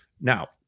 Now